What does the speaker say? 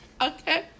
Okay